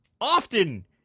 often